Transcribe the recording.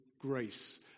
grace